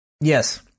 Yes